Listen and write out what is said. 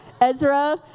Ezra